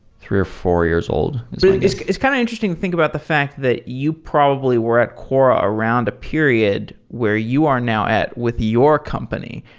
three or four-years-old it's it's kind of interesting to think about the fact that you probably were at quora around a period where you are now at with your company.